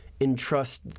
entrust